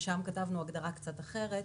ששם כתבנו הגדרה קצת אחרת,